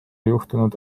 juhtunud